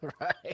Right